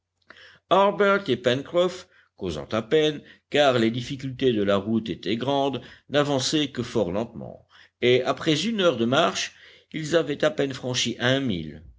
causant à peine car les difficultés de la route étaient grandes n'avançaient que fort lentement et après une heure de marche ils avaient à peine franchis un mille